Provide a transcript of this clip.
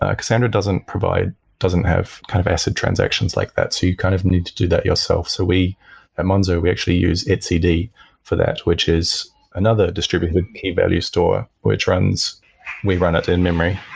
ah cassandra doesn't provide doesn't have kind of acid transactions like that. so you kind of need to do that yourself. so we at monzo, we actually use etcd for that, which is another distributed key-value store which runs we run it in memory.